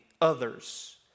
Others